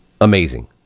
amazing